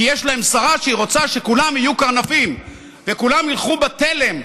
כי יש להם שרה שהיא רוצה שכולם יהיו קרנפים וכולם ילכו בתלם,